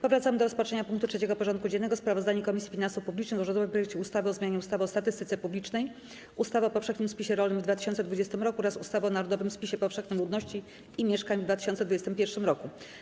Powracamy do rozpatrzenia punktu 3. porządku dziennego: Sprawozdanie Komisji Finansów Publicznych o rządowym projekcie ustawy o zmianie ustawy o statystyce publicznej, ustawy o powszechnym spisie rolnym w 2020 r. oraz ustawy o narodowym spisie powszechnym ludności i mieszkań w 2021 r.